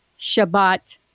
Shabbat